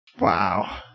Wow